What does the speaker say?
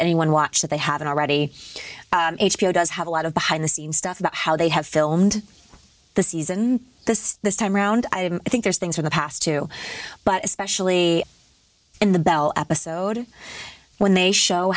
anyone watch that they haven't already h b o does have a lot of behind the scenes stuff about how they have filmed the season this this time around i think there's things in the past too but especially in the bell episode when they show